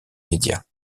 médias